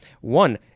One